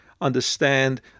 understand